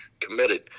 committed